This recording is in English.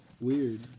weird